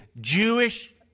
Jewish